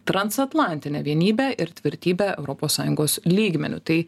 transatlantinę vienybę ir tvirtybę europos sąjungos lygmeniu tai